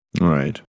right